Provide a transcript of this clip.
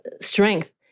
strength